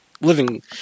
living